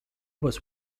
was